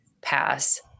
pass